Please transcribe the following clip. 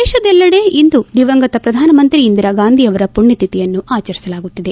ದೇಶದೆಲ್ಲೆಡೆ ಇಂದು ದಿವಂಗತ ಪ್ರಧಾನ ಮಂತ್ರಿ ಇಂದಿರಾಗಾಂಧಿ ಅವರ ಮಣ್ಯತಿಥಿಯನ್ನು ಆಚರಿಸಲಾಗುತ್ತಿದೆ